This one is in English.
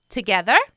Together